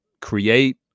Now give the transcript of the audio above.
create